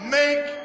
make